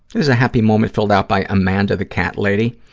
is a happy moment filled out by amanda the cat lady.